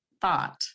thought